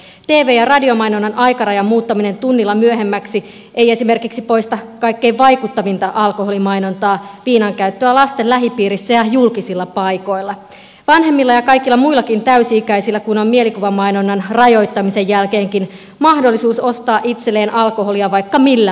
tv ja radiomainonnan aikarajan muuttaminen tunnilla myöhemmäksi ei esimerkiksi poista kaikkein vaikuttavinta alkoholimainontaa viinan käyttöä lasten lähipiirissä ja julkisilla paikoilla kun vanhemmilla ja kaikilla muillakin täysi ikäisillä on mielikuvamainonnan rajoittamisen jälkeenkin mahdollisuus ostaa itselleen alkoholia vaikka millä mitalla